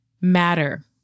matter